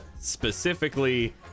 Specifically